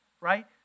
Right